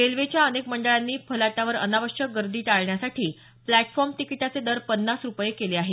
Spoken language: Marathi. रेल्वेच्या अनेक मंडळांनी फलाटावर अनावश्यक गर्दी टाळण्यासाठी फ्लॅटफॉर्म तिकिटाचे दर पन्नास रुपये केले आहेत